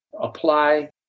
apply